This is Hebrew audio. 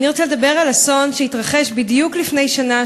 אני רוצה לדבר על אסון שהתרחש בדיוק לפני שנה,